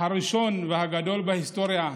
הראשון והגדול בהיסטוריה.